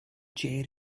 chair